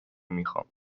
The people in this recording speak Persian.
میخوام